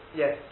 yes